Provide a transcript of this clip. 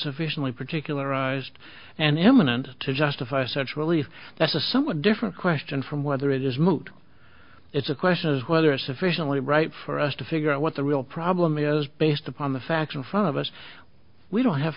sufficiently particularized and imminent to justify such relief that's a somewhat different question from whether it is moot it's a question is whether a sufficiently right for us to figure out what the real problem is based upon the facts in front of us we don't have